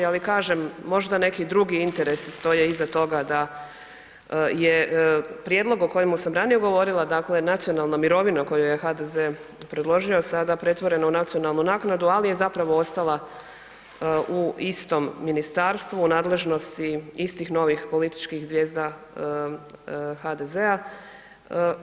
Ali kažem, možda neki drugi interesi stoje iza toga da je prijedlog o kojemu sam ranije govorila, dakle nacionalna mirovina koju je HDZ predložio, a sada pretvoren u nacionalnu naknadu, ali je zapravo ostala u istom ministarstvu u nadležnosti istih novih političkih zvijezda HDZ-a.